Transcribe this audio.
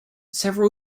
several